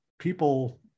people